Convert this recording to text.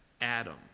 Adam